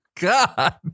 God